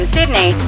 Sydney